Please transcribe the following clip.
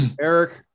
Eric